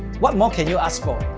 what more can you ask for?